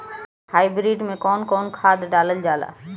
Hybrid में कउन कउन खाद डालल जाला?